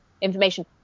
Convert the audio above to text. information